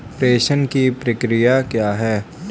प्रेषण की प्रक्रिया क्या है?